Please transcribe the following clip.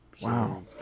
Wow